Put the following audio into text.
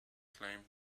claim